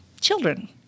Children